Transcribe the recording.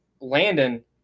landon